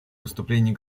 выступлений